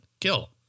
kill